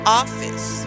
office